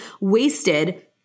wasted